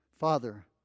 Father